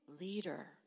leader